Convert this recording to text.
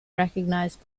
recognised